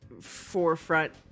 forefront